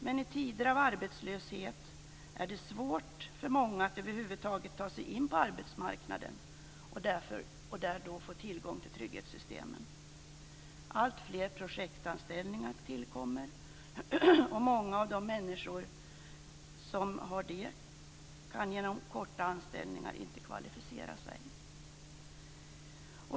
Men i tider av arbetslöshet är det svårt för många att över huvud taget ta sig in på arbetsmarknaden och där få tillgång till trygghetssystemen. Alltfler projektanställningar tillkommer, och många av de människor som har dessa anställningar kan genom korta anställningar inte kvalificera sig.